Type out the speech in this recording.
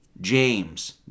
James